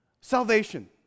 salvation